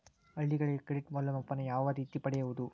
ಹಳ್ಳಿಗಳಲ್ಲಿ ಕ್ರೆಡಿಟ್ ಮೌಲ್ಯಮಾಪನ ಯಾವ ರೇತಿ ಪಡೆಯುವುದು?